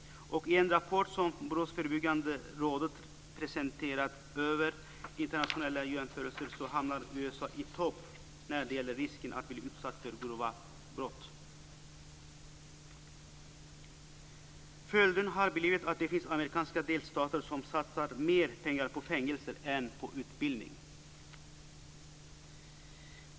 I en rapport som Brottsförebyggande rådet presenterat om internationella jämförelser hamnar USA i topp när det gäller risken att bli utsatt för grova brott. Följden har blivit att det finns amerikanska delstater som satsar mer pengar på fängelse än på utbildning.